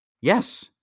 Yes